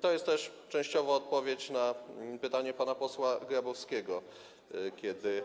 To jest też częściowo odpowiedź na pytanie pana posła Grabowskiego, który